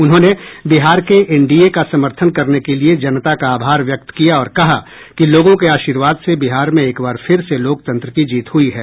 उन्होंने बिहार के NDA का समर्थन करने के लिए जनता का आभार व्यक्त किया और कहा कि लोगों के आशीर्वाद से बिहार में एक बार फिर से लोकतंत्र की जीत हुई है